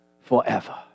forever